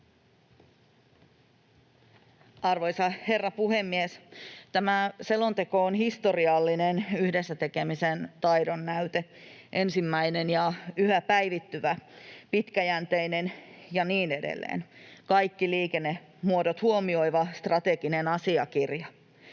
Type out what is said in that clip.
Arvoisa herra puhemies! Tämä selonteko on historiallinen yhdessä tekemisen taidonnäyte, ensimmäinen ja yhä päivittyvä, pitkäjänteinen ja niin edelleen, kaikki liikennemuodot huomioiva strateginen asiakirja.